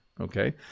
okay